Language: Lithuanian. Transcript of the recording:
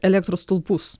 elektros stulpus